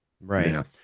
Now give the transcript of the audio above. right